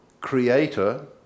creator